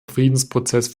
friedensprozess